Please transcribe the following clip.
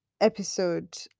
episode